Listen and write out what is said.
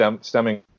stemming